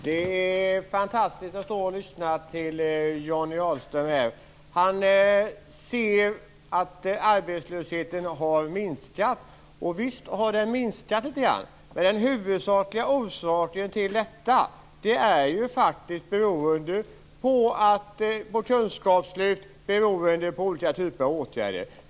Herr talman! Det är fantastiskt att lyssna till Johnny Ahlqvist. Han säger att arbetslösheten har minskat. Visst har den minskat litet grand, men den huvudsakliga orsaken till detta är kunskapslyft och olika åtgärder.